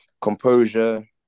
composure